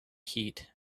heat